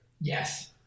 Yes